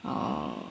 orh